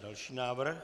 Další návrh?